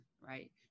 right